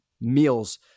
meals